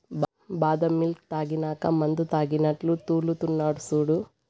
బాదం మిల్క్ తాగినాక మందుతాగినట్లు తూల్తున్నడు సూడు